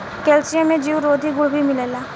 calcium में जीवरोधी गुण भी मिलेला